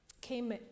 came